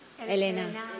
Elena